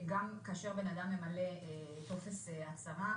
גם כאשר בן אדם ממלא טופס הצהרה,